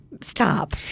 stop